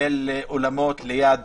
של אולמות ליד